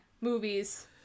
Movies